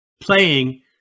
playing